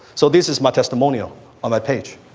so, these is my testimonial on my page,